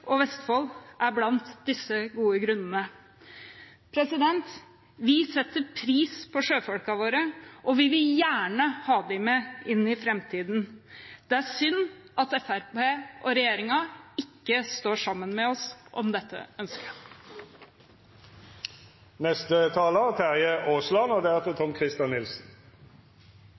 og i Vestfold er blant disse gode grunnene. Vi setter pris på sjøfolkene våre, og vi vil gjerne ha dem med inn i framtiden. Det er synd at Fremskrittspartiet og regjeringen ikke står sammen med oss om dette ønsket.